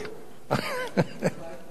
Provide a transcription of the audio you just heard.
אני רוצה לסיים באמירה אישית.